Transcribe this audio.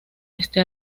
este